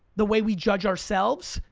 the way we judge ourselves.